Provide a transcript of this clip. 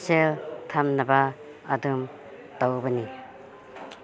ꯁꯦꯜ ꯊꯝꯅꯕ ꯑꯗꯨꯝ ꯇꯧꯕꯅꯤ